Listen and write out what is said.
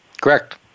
Correct